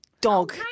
dog